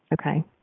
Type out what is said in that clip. okay